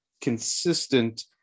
consistent